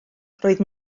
roedd